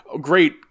great